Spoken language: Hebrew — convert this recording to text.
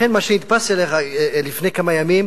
לכן מה שנתפס, לפני כמה ימים